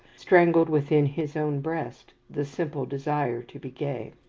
strangled within his own breast the simple desire to be gay.